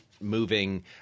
Moving